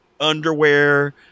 underwear